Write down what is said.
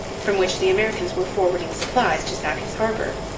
from which the americans were forwarding supplies to sackett's harbour,